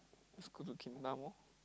school to mall